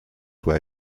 where